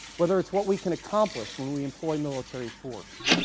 whether it's what we can accomplish when we employ military force.